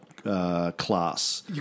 Class